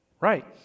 Right